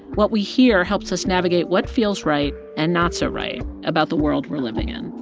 what we hear helps us navigate what feels right and not so right about the world we're living in